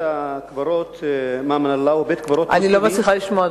בית-הקברות "מאמן אללה" אני לא מצליחה לשמוע,